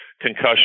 concussion